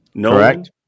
Correct